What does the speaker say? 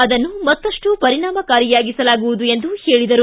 ಅದನ್ನು ಮತ್ತಪ್ಪು ಪರಿಣಾಕಾರಿಯಾಗಿಸಲಾಗುವುದು ಎಂದು ಹೇಳಿದರು